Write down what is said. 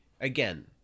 Again